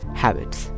habits